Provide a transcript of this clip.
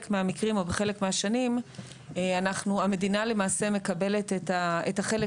מהמקרים או בחלק מהשנים המדינה למעשה מקבלת את החלק